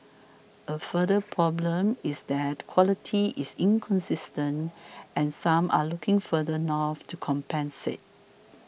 a further problem is that quality is inconsistent and some are looking further north to compensate